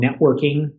networking